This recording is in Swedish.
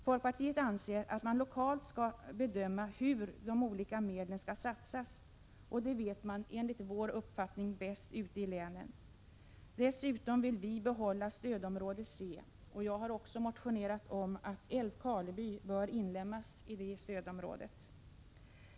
Folkpartiet anser att det lokalt skall bedömas hur de olika medlen skall satsas, och det vet man enligt vår uppfattning bäst ute i länen. Dessutom vill vi behålla stödområde C. Jag har också motionerat om att Älvkarleby skall inlemmas i det stödområdet.